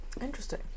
interesting